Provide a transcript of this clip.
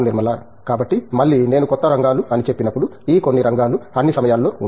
నిర్మలా కాబట్టి మళ్ళీ నేను కొత్త రంగాలు అని చెప్పినప్పుడు ఈ కొన్ని రంగాలు అన్ని సమయాల్లో ఉన్నాయి